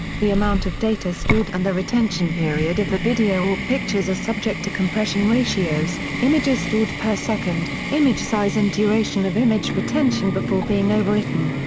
the amount of data stored and the retention period of the video or pictures are subject to compression ratios, images stored per second, image size and duration of image retention before being overwritten.